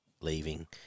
leaving